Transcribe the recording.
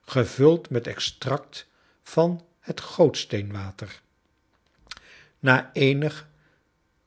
gevuld met extract van het gootsteenwater na eenig